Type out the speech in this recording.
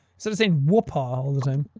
sort of saying whoopah all the